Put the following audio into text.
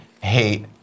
Hate